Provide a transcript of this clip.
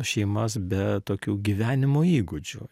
šeimas be tokių gyvenimo įgūdžių